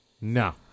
No